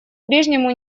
прежнему